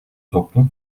toplum